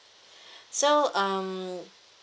so um